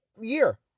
year